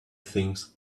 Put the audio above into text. things